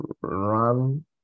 run